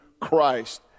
Christ